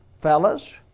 Fellas